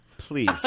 Please